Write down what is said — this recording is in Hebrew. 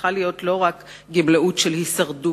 צריכה להיות לא רק גמלאות של הישרדות,